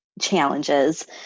challenges